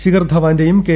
ശിഖർ ധവാന്റെയും കെ